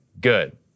good